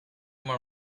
more